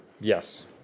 Yes